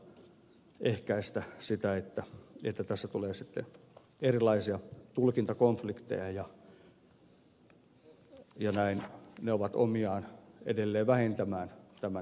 näin voimme jo ennalta ehkäistä sitä että tässä tulee sitten erilaisia tulkintakonflikteja jotka ovat omiaan edelleen vähentämään tämän toiminnan uskottavuutta ja luottamusta siihen